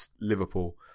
Liverpool